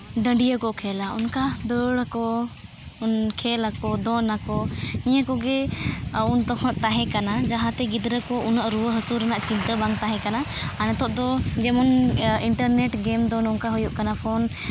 ᱰᱟᱹᱰᱤᱭᱟᱹ ᱠᱚ ᱠᱷᱮᱞᱟ ᱚᱱᱠᱟ ᱫᱟᱹᱲ ᱟᱠᱚ ᱩᱱ ᱠᱷᱮᱞ ᱟᱠᱚ ᱫᱚᱱ ᱟᱠᱚ ᱱᱤᱭᱟᱹ ᱠᱚᱜᱮ ᱩᱱ ᱛᱚᱠᱷᱚᱱ ᱛᱟᱦᱮᱸ ᱠᱟᱱᱟ ᱡᱟᱦᱟᱸᱛᱮ ᱜᱤᱫᱽᱨᱟᱹ ᱠᱚ ᱩᱱᱟᱹᱜ ᱨᱩᱣᱟᱹ ᱦᱟᱹᱥᱩ ᱨᱮᱱᱟᱜ ᱪᱤᱱᱛᱟᱹ ᱵᱟᱝ ᱛᱟᱦᱮᱸ ᱠᱟᱱᱟ ᱟᱨ ᱱᱤᱛᱚᱜ ᱫᱚ ᱡᱮᱢᱚᱱ ᱤᱱᱴᱟᱨᱱᱮᱴ ᱜᱮᱢ ᱫᱚ ᱱᱚᱝᱠᱟ ᱦᱩᱭᱩᱜ ᱠᱟᱱᱟ ᱯᱷᱳᱱ